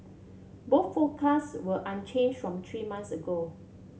both forecasts were from three months ago